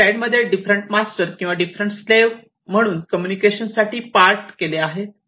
वर स्लाईड मध्ये different master किंवा डिफरंट स्लेव्ह म्हणून कम्युनिकेशन साठी पार्ट केले आहे